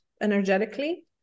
energetically